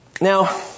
Now